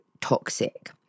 toxic